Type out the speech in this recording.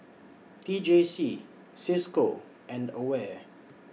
T J C CISCO and AWARE